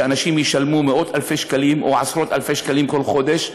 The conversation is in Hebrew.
שאנשים ישלמו מאות-אלפי שקלים או עשרות-אלפי שקלים כל חודש,